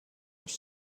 els